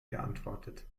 geantwortet